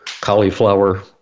cauliflower